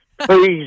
Please